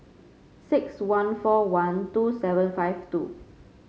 six one four one two seven five two